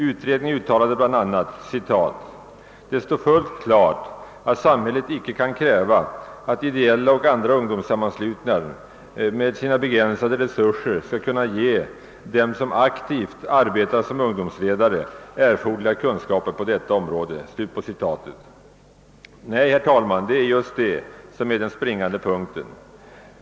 Utredningen uttalade bl.a. »att det står fullt klart att samhället icke kan kräva att ideella och andra ungdomssammanslutningar med sina begränsade resurser skall kunna ge dem som aktivt arbetar som ungdomsledare erforderliga kunskaper på området». Det är just detta som är den springande punkten, herr talman.